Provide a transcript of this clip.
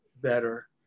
better